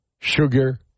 sugar